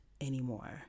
anymore